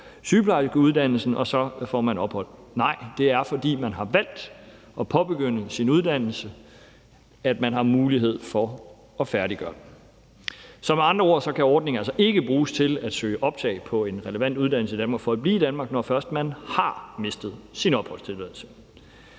sygeplejerskeuddannelsen, og så får man ophold. Nej, det er, fordi man har valgt at påbegynde sin uddannelse, at man har mulighed for at færdiggøre den. Så med andre ord kan ordningen altså ikke bruges til at søge optag på en relevant uddannelse i Danmark for at blive i Danmark, når man først har mistet sin opholdstilladelse.